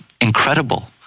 incredible